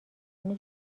توان